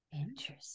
Interesting